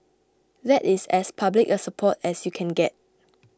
that is as public a support as you can get